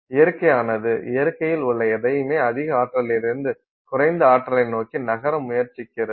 இயற்கையானது இயற்கையில் உள்ள எதையுமே அதிக ஆற்றலிலிருந்து குறைந்த ஆற்றலை நோக்கி நகர முயற்சிக்கிறது